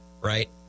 right